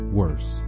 worse